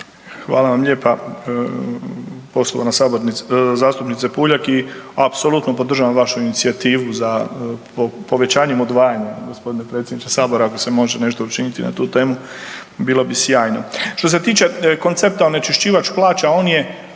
Hvala vam lijepa poštovana saborska zastupnice Puljak i apsolutno podržavam vašu inicijativu za povećanjem odvajanja. Gospodine predsjedniče sabora ako se može nešto učiniti na tu temu bilo bi sjajno. Što se tiče koncepta onečišćivač plaća on je